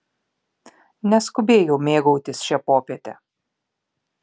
neskubėjau mėgautis šia popiete